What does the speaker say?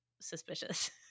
suspicious